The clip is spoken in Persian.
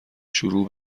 شروع